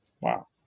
Wow